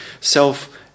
self